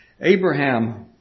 Abraham